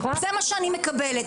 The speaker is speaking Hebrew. זה מה שאני מקבלת,